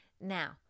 Now